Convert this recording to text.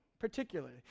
particularly